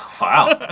Wow